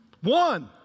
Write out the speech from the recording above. One